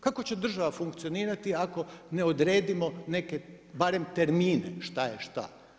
Kako će država funkcionirati, ako ne odredimo barem termine šta je šta.